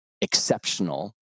exceptional